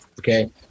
Okay